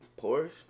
Porsche